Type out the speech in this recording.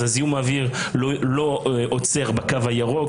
אז זיהום האוויר לא עוצר בקו הירוק,